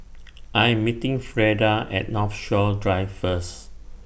I Am meeting Freida At Northshore Drive First